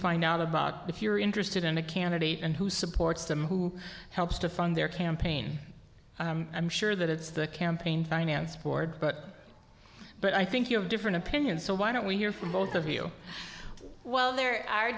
find out about if you're interested in a candidate and who supports them who helps to fund their campaign i'm sure that it's the campaign finance board but but i think you have different opinions so why don't we hear from both of you well there are